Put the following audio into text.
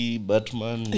Batman